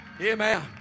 Amen